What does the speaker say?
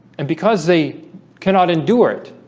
and because they cannot endure it